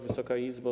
Wysoka Izbo!